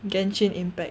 genshin impact